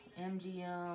MGM